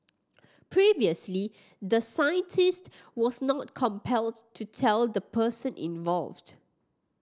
previously the scientist was not compelled to tell the person involved